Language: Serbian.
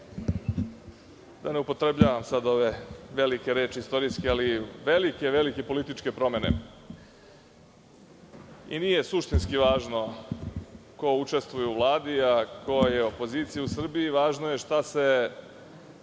da ne upotrebljavam sad ove velike reči istorijske, ali velike političke promene. Nije suštinski važno ko učestvuje u Vladi a ko je opozicija u Srbiji, važno je šta se